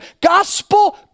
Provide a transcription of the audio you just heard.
gospel